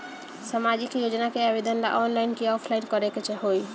सामाजिक योजना के आवेदन ला ऑनलाइन कि ऑफलाइन करे के होई?